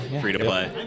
Free-to-play